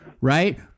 Right